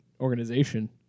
organization